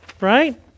right